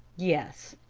yes.